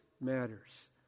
matters